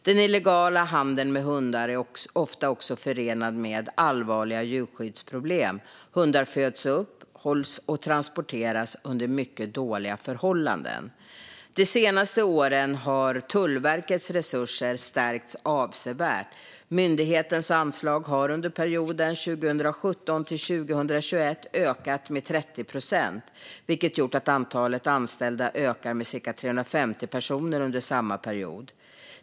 Den illegala handeln med hundar är ofta också förenad med allvarliga djurskyddsproblem. Hundar föds upp, hålls och transporteras under mycket dåliga förhållanden. De senaste åren har Tullverkets resurser stärkts avsevärt. Myndighetens anslag har under perioden 2017-2021 ökat med 30 procent, vilket gjort att antalet anställda ökat med cirka 350 personer under samma period.